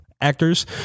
actors